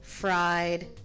Fried